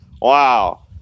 wow